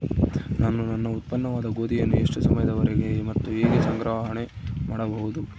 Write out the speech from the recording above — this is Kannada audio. ನಾನು ನನ್ನ ಉತ್ಪನ್ನವಾದ ಗೋಧಿಯನ್ನು ಎಷ್ಟು ಸಮಯದವರೆಗೆ ಮತ್ತು ಹೇಗೆ ಸಂಗ್ರಹಣೆ ಮಾಡಬಹುದು?